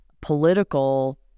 political